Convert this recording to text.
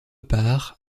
part